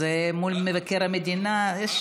זה מול מבקר המדינה.